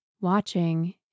watching